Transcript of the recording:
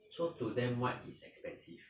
so to them what is expensive